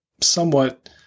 somewhat